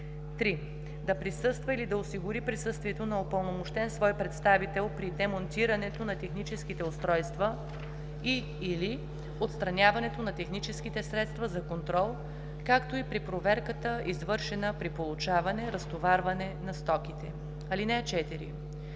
3. да присъства или да осигури присъствието на упълномощен свой представител при демонтирането на техническите устройства и/или отстраняването на техническите средства за контрол, както и при проверката, извършена при получаване/разтоварване на стоките. (4) Когато